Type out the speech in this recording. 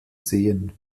sehen